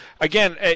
again